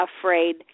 afraid